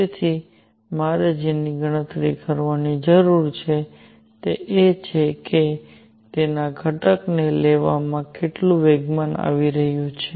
તેથી મારે જેની ગણતરી કરવાની જરૂર છે તે એ છે કે તેના ઘટકને લેવામાં કેટલુ વેગમાન આવી રહ્યુ છે